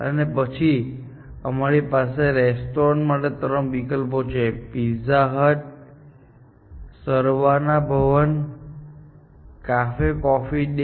અને પછી અમારી પાસે રેસ્ટોરન્ટ્સ માટે ત્રણ વિકલ્પો છે Pizza Hut Saravana Bhavan Cafe Coffee day